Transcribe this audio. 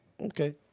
okay